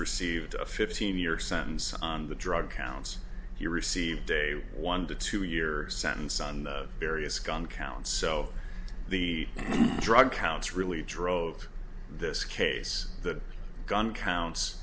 received a fifteen year sentence on the drug counts he received a one to two year sentence on the various gun counts so the drug counts really drove this case the gun counts